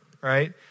right